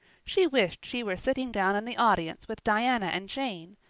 she wished she were sitting down in the audience with diana and jane,